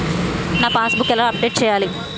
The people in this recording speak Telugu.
నా పాస్ బుక్ ఎలా అప్డేట్ చేయాలి?